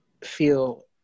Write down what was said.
feel